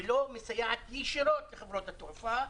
שלא מסייעת ישירות לחברות התעופה,